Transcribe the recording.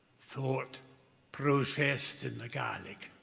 thought processed in the gaelic,